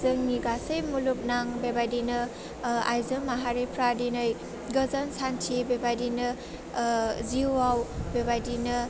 जोंनि गासै मुलुगनां बेबायदिनो आइजो माहारिफ्रा दिनै गोजोन सान्थि बेबायदिनो जिउआव बेबायदिनो